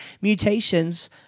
mutations